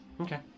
Okay